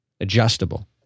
adjustable